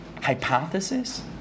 hypothesis